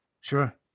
Sure